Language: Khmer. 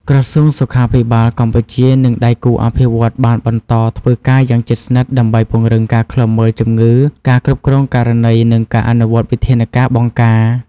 ក្រសួងសុខាភិបាលកម្ពុជា និងដៃគូអភិវឌ្ឍន៍បានបន្តធ្វើការយ៉ាងជិតស្និទ្ធ ដើម្បីពង្រឹងការឃ្លាំមើលជំងឺ ការគ្រប់គ្រងករណី និងការអនុវត្តវិធានការបង្ការ។